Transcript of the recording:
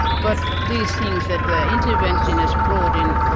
but these things that the intervention has brought in